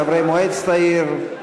חברי מועצת העיר,